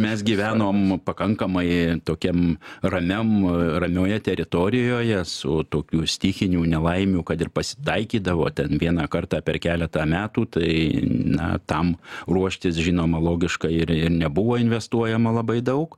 mes gyvenom pakankamai tokiam ramiam ramioje teritorijoje su tokių stichinių nelaimių kad ir pasitaikydavo ten vieną kartą per keletą metų tai na tam ruoštis žinoma logiška ir nebuvo investuojama labai daug